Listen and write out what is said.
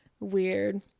Weird